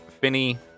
Finny